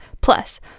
Plus